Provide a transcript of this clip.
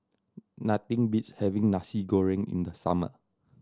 nothing beats having Nasi Goreng in the summer